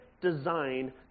design